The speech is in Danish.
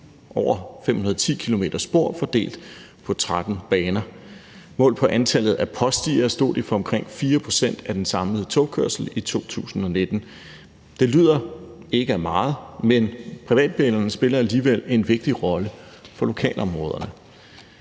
over 510 km spor fordelt på 13 baner. Målt på antallet af påstigere stod de for omkring 4 pct. af den samlede togkørsel i 2019. Det lyder ikke af meget, men privatbanerne spiller alligevel en vigtig rolle for lokalområderne.